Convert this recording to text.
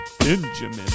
Benjamin